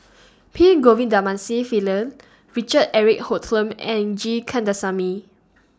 P Pillai Richard Eric Holttum and G Kandasamy